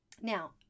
Now